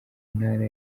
ntara